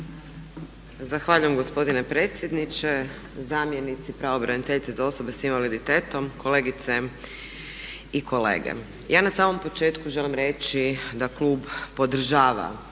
Zahvaljujem gospodine predsjedniče. Zamjenici pravobraniteljice za osobe s invaliditetom, kolegice i kolege. Ja na samom početku želim reći da Klub podržava